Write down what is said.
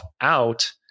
out